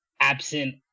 Absent